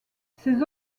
ses